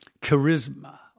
charisma